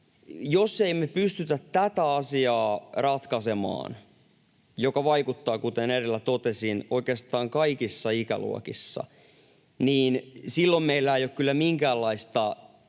jos me ei pystytä ratkaisemaan tätä asiaa, joka vaikuttaa, kuten edellä totesin, oikeastaan kaikissa ikäluokissa, niin silloin meillä ei ole kyllä minkäänlaista